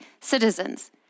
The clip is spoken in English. citizens